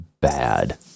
bad